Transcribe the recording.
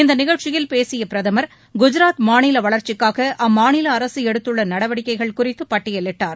இந்நிகழ்ச்சியில் பேசிய பிரதமர் குஜராத் மாநில வளர்ச்சிக்காக அம்மாநில அரசு எடுத்துள்ள நடவடிக்கைகள் குறித்து பட்டியலிட்டார்